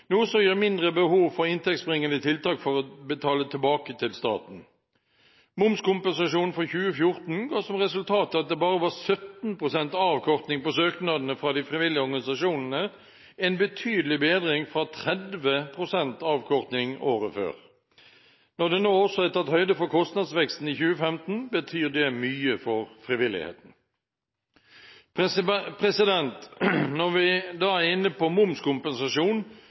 noe som gir mindre behov for inntektsbringende tiltak for å betale tilbake til staten. Momskompensasjonen for 2014 ga som resultat at det bare var 17 pst. avkortning på søknadene fra de frivillige organisasjonene – en betydelig bedring fra 30 pst. avkortning året før. Når det nå også er tatt høyde for kostnadsveksten i 2015, betyr det mye for frivilligheten. Når vi nå er inne på